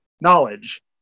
knowledge